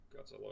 Godzilla